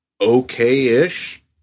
okay-ish